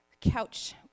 couch